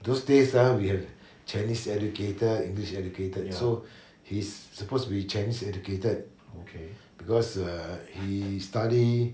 those days ah we have chinese educated english educated so he's supposed to be chinese educated because err he study